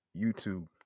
YouTube